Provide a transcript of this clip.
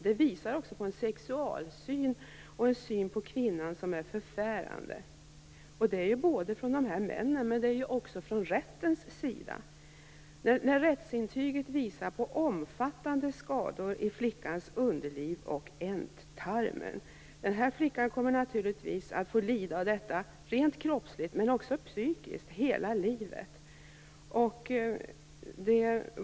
Det visar också på en sexualsyn och en syn på kvinnan som är förfärande från männens men också från rättens sida. Rättsintyget visar på omfattande skador i flickans underliv och ändtarm. Den här flickan kommer naturligtvis att få lida av detta rent kroppsligt, men också psykiskt hela livet.